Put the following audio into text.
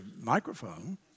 microphone